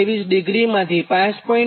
2323°માથી 5